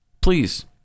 Please